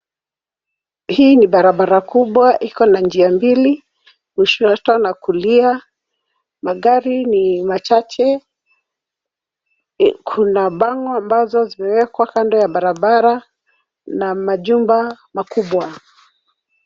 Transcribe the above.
Hii ni barabara kubwa. Iko na njia mbili , kushoto na kulia. Magari ni machache. Kuna bango ambazo zimewekwa kando ya barabara na majumba.